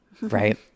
right